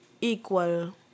equal